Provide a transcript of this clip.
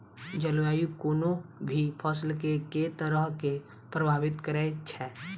जलवायु कोनो भी फसल केँ के तरहे प्रभावित करै छै?